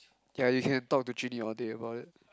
ya you can talk to Junyi all day about it